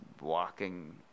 walking